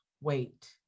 wait